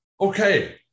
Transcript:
Okay